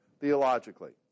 theologically